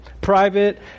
private